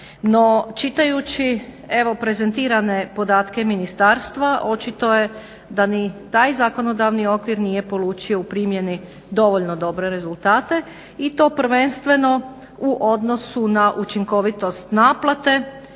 No, čitajući evo prezentirane podatke ministarstva očito je da ni taj zakonodavni okvir nije polučio u primjeni dovoljno dobre rezultate i to prvenstveno u odnosu na učinkovitost naplate